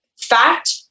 fact